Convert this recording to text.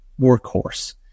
workhorse